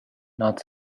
not